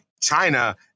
China